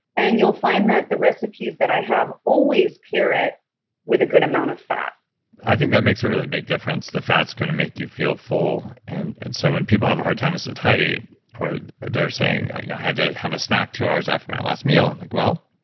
and you'll find that the recipes that i have always pair it with a good amount of fat i think that makes a really big difference, the fat's going to make you feel full. and and so when people have a hard time with satiety, or they're saying, i had to have a snack two hours after my last meal, i'm like, well,